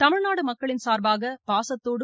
தமிழ்நாட்டு மக்களின் சார்பாக பாசத்தோடும்